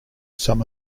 some